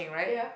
ya